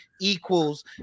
equals